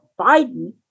Biden